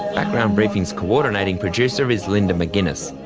background briefing's co-ordinating producer is linda mcginness,